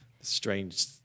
strange